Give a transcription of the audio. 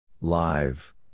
Live